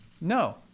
no